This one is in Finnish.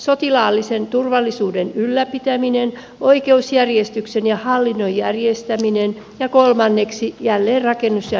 sotilaallisen turvallisuuden ylläpitämisestä oikeusjärjestyksen ja hallinnon järjestämisestä ja kolmanneksi jälleenrakennuksesta ja yhteiskunnan kehityksestä